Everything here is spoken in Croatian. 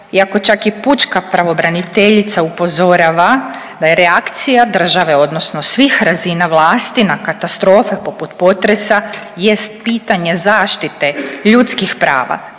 iako čak i pučka pravobraniteljica upozorava da je reakcija države odnosno svih razina vlasti na katastrofe poput potresa jest pitanje zaštite ljudskih prava,